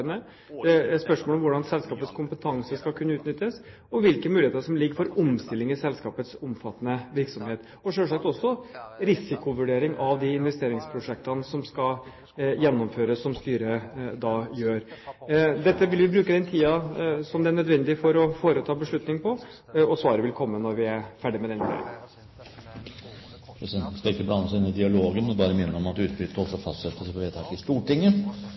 spørsmål om hvordan selskapets kompetanse skal kunne utnyttes, hvilke muligheter som ligger for omstilling i selskapets omfattende virksomhet, og selvsagt også risikovurdering av de investeringsprosjektene som skal gjennomføres, som styret gjør. Vi vil bruke den tiden som er nødvendig for å foreta beslutninger om dette, og svaret vil komme når vi er ferdige med det arbeidet. Presidenten skal ikke blande seg inn i dialogen, bare minne om at utbytte også fastsettes ved vedtak i Stortinget,